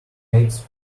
makes